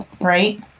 right